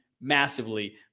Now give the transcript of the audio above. massively